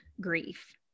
grief